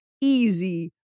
easy